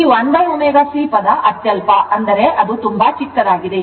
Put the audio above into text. ಈ 1ω C ಪದ ಅತ್ಯಲ್ಪ ಅದು ತುಂಬಾ ಚಿಕ್ಕದಾಗಿದೆ